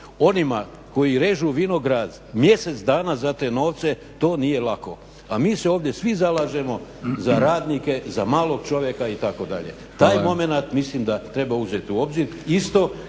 onima koji režu vinograd mjesec dana za te novce to nije lako, a mi se ovdje svi zalažemo za radnike, za malog čovjeka itd. Taj momenat mislim da treba uzeti u obzir,